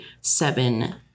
seven